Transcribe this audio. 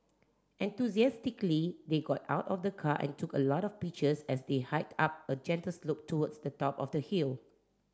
enthusiastically they got out of the car and took a lot of pictures as they hiked up a gentle slope towards the top of the hill